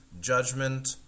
judgment